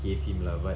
give him lah but